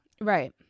Right